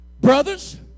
brothers